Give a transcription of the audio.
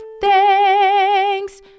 thanks